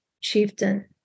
chieftain